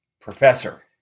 professor